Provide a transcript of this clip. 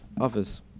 office